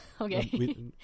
Okay